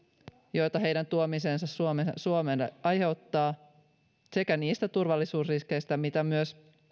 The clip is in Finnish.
joita heidän tuomisensa suomeen aiheuttaa sekä niistä turvallisuusriskeistä mitä myös